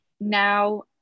Now